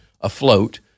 afloat